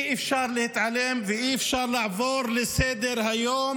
אי-אפשר להתעלם ואי-אפשר לעבור לסדר-היום